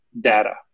data